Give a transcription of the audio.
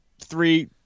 three